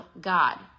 God